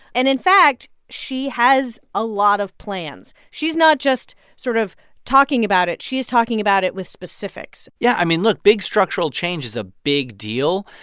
and in fact, she has a lot of plans. she's not just sort of talking about it. she is talking about it with specifics yeah. i mean, look big structural change is a big deal,